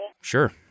Sure